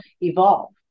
evolve